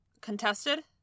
Contested